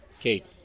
Kate